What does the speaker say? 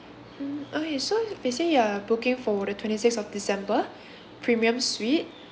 mm okay so basically you are booking for the twenty sixth of december premium suite